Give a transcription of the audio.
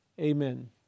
amen